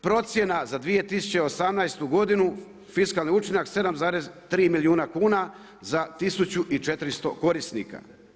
Procjena za 2018. godinu fiskalni učinak 7,3 milijuna kuna za 1400 korisnika.